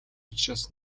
учраас